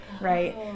right